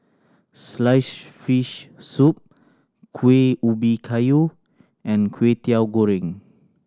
sliced fish soup Kuih Ubi Kayu and Kwetiau Goreng